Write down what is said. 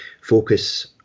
focus